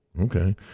Okay